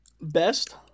best